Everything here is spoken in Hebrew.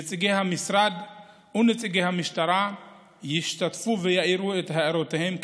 נציגי המשרד ונציגי המשטרה ישתתפו ויעירו את הערותיהם,